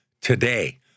today